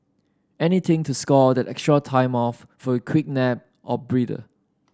anything to score that extra time off for a quick nap or breather